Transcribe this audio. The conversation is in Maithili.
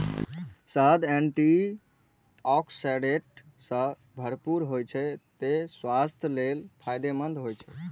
शहद एंटी आक्सीडेंट सं भरपूर होइ छै, तें स्वास्थ्य लेल फायदेमंद होइ छै